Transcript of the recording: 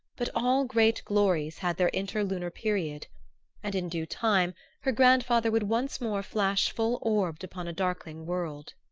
but all great glories had their interlunar period and in due time her grandfather would once more flash full-orbed upon a darkling world.